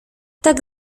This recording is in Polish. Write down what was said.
tak